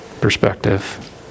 perspective